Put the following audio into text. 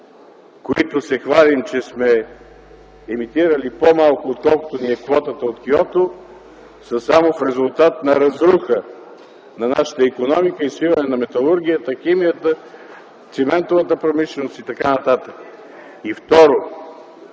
които се хвалим, че сме емитирали по-малко, отколкото ни е квотата от Киото, са само в резултат на разруха на нашата икономика и свиване на металургията, химията, циментовата промишленост и т.н. И второ,